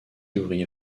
ouvrier